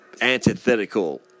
antithetical